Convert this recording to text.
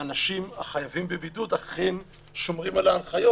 מהאנשים החייבים בבידוד אכן שומרים על ההנחיות.